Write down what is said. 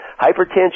hypertension